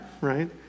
right